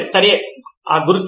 సరే గుర్తు